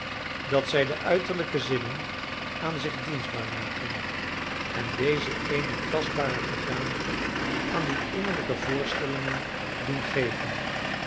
dat zij de uiterlijke zinnen aan zich dienstbaar maken en deze eene tastbare gedaante aan die innerlijke voorstellingen doen geven